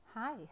Hi